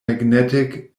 magnetic